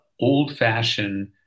old-fashioned